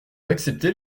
acceptez